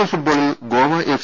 L ഫുട്ബോളിൽ Goa F